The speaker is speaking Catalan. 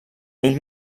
ell